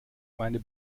meine